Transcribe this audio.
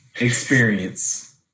experience